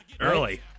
Early